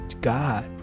God